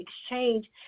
exchange